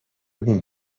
ببین